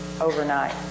overnight